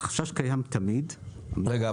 החשש קיים תמיד -- רגע,